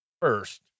first